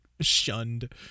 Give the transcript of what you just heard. shunned